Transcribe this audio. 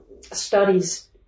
studies